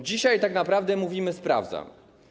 Dzisiaj tak naprawdę mówimy: sprawdzam.